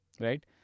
right